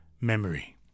memory